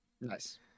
Nice